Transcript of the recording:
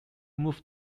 move